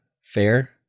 fair